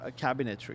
cabinetry